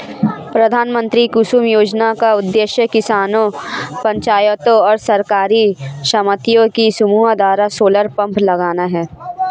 प्रधानमंत्री कुसुम योजना का उद्देश्य किसानों पंचायतों और सरकारी समितियों के समूह द्वारा सोलर पंप लगाना है